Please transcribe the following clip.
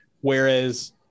whereas